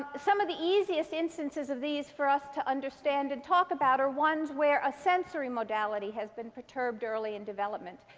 ah some of the easiest instances of these for us to understand and talk about are ones where a sensory modality has been perturbed early in development.